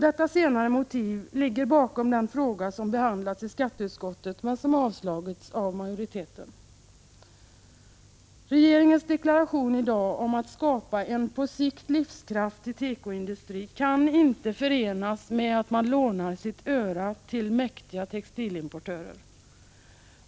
Det senare är motivet bakom den fråga som behandlats i skatteutskottet och där majoriteten har föreslagit avslag. Regeringens deklaration i dag om att skapa en på sikt livskraftig tekoindustri kan inte förenas med att man lånar sitt öra till mäktiga textilimportörer.